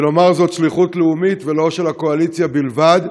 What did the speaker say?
ולומר: זאת שליחות לאומית ולא של הקואליציה בלבד.